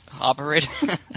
Operator